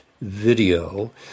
video